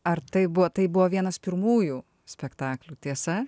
ar tai buvo tai buvo vienas pirmųjų spektaklių tiesa